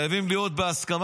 חייבים להיות בהסכמה.